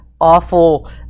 awful